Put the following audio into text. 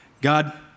God